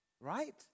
Right